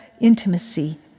intimacy